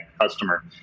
customer